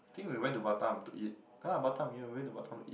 I think we went to Batam to eat yeah Batam yeah we went to Batam to eat